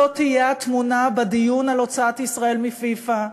תהיה התמונה בדיון על הוצאת ישראל מפיפ"א,